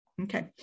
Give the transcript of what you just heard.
okay